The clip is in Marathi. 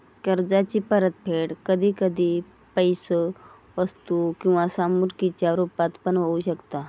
कर्जाची परतफेड कधी कधी पैशे वस्तू किंवा सामग्रीच्या रुपात पण होऊ शकता